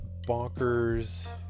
bonkers